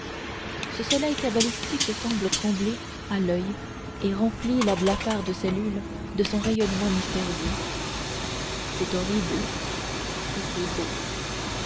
ce soleil cabalistique semble trembler à l'oeil et remplit la blafarde cellule de son rayonnement mystérieux c'est horrible et c'est beau